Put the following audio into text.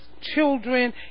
children